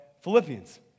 Philippians